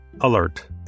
alert